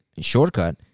shortcut